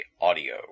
Audio